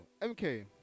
MK